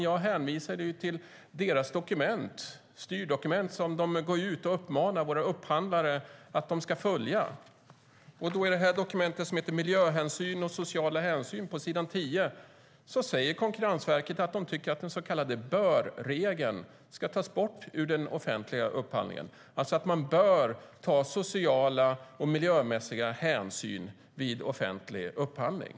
Jag hänvisade till deras styrdokument som de uppmanar upphandlare att följa. På s. 10 i dokumentet som heter Miljöhänsyn och sociala hänsyn i offentlig upphandling skriver Konkurrensverket att den så kallade bör-regeln ska tas bort ur den offentliga upphandlingen, alltså att man bör ta sociala och miljömässiga hänsyn vid offentlig upphandling.